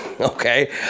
Okay